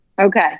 Okay